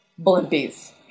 Blimpies